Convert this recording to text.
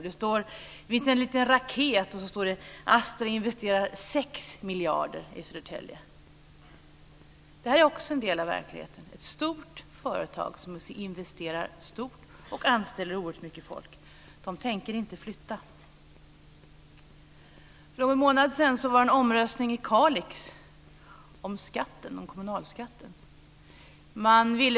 Det finns en liten raket med nu, och det står: Det här är också en del av verkligheten - ett stort företag som investerar stort och som anställer oerhört mycket folk. Man tänker inte flytta. För någon månad sedan var det en omröstning i Kalix om kommunalskatten.